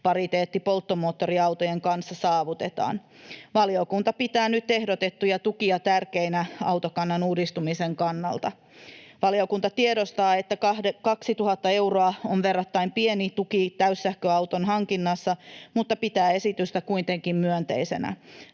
hintapariteetti polttomoottoriautojen kanssa saavutetaan. Valiokunta pitää nyt ehdotettuja tukia tärkeinä autokannan uudistumisen kannalta. Valiokunta tiedostaa, että 2 000 euroa on verrattain pieni tuki täyssähköauton hankinnassa, mutta pitää esitystä kuitenkin myönteisenä.